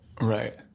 Right